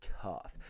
tough